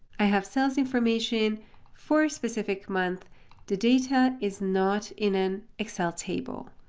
i have cells information for a specific month. the data is not in an excel table.